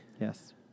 Yes